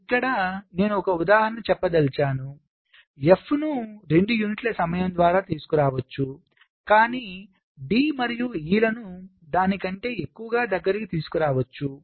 ఇక్కడ నేను ఒక ఉదాహరణ చెప్పదలిచాను F ను 2 యూనిట్ల సమయం ద్వారా తీసుకురావచ్చు కానీ D మరియు E లను దాని కంటే ఎక్కువగా దగ్గరికి తీసుకురావచ్చు